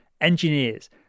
engineers